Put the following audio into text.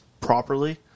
properly